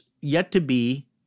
yet-to-be